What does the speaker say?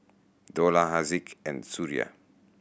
Dollah Haziq and Suria